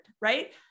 right